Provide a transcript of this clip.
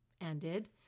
ended